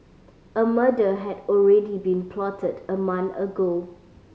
a murder had already been plotted a month ago